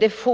Detta